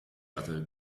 other